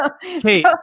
Hey